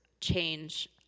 change